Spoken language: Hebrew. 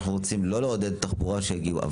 אנחנו רוצים לא לעודד את זה שיגיעו ברכבם,